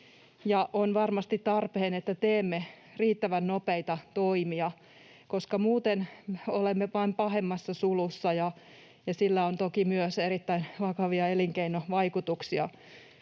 on varmasti tarpeen, että teemme riittävän nopeita toimia, koska muuten olemme vain pahemmassa sulussa, ja sillä on toki myös erittäin vakavia elinkeinovaikutuksia.